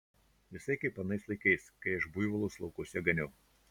visai kaip anais laikais kai aš buivolus laukuose ganiau